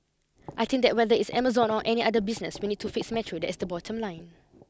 I think that whether it's Amazon or any other business we need to fix metro that is the bottom line